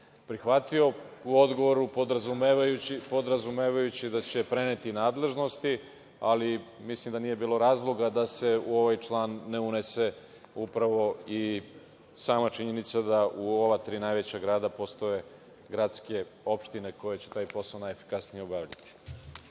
prihvatio u odgovoru, podrazumevajući da će preneti nadležnosti. Ali, mislim da nije bilo razloga da se u ovaj član ne unese upravo i sama činjenica da u ova tri najveća grada postoje gradske opštine koje će taj posao najefikasnije obaviti.